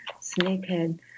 Snakehead